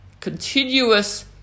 continuous